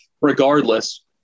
Regardless